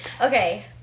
Okay